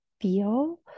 feel